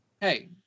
Hey